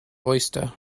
oyster